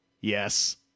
Yes